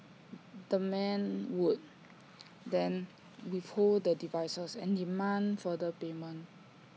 the men would then withhold the devices and demand further payment